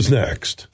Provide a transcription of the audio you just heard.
next